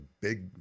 big